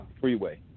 Freeway